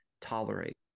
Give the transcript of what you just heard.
tolerate